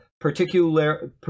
particular